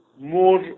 more